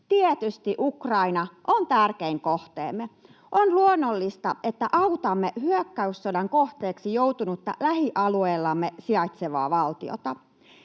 Tietysti Ukraina on tärkein kohteemme. On luonnollista, että autamme hyökkäyssodan kohteeksi joutunutta, lähialueellamme sijaitsevaa valtiota.